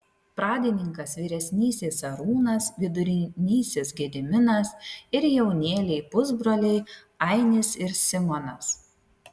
pradininkas vyresnysis arūnas vidurinysis gediminas ir jaunėliai pusbroliai ainis ir simonas